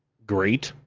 great,